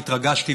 התרגשתי,